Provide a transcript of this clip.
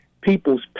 people's